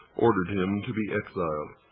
ordered him to be exiled.